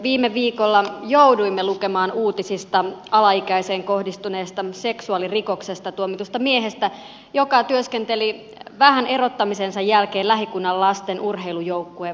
viime viikolla jouduimme lukemaan uutisista alaikäiseen kohdistuneesta seksuaalirikoksesta tuomitusta miehestä joka työskenteli vähän erottamisensa jälkeen lähikunnan lasten urheilujoukkueen valmentajana